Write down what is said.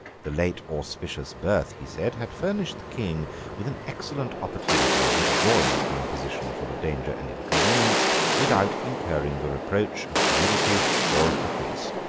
the late auspicious birth, he said, had furnished the king with an excellent opportunity of withdrawing from a position full of danger and inconvenience without incurring the reproach of timidity or of caprice.